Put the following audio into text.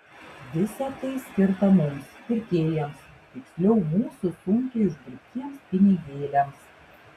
visa tai skirta mums pirkėjams tiksliau mūsų sunkiai uždirbtiems pinigėliams